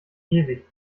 ewig